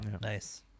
nice